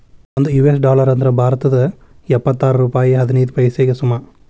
ಒಂದ್ US dollar ಅಂದ್ರ ಭಾರತದ್ ಎಪ್ಪತ್ತಾರ ರೂಪಾಯ್ ಹದಿನೈದ್ ಪೈಸೆಗೆ ಸಮ